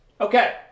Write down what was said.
Okay